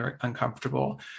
uncomfortable